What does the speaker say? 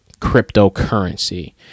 cryptocurrency